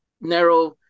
narrow